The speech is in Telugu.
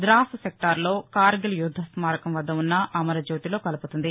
ద్రాస్ సెక్టార్లో కార్గిల్ యుద్దస్మారకం వద్ద ఉన్న అమరజ్యోతిలో కలుపుతుంది